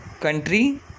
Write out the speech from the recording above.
Country